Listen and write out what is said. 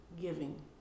giving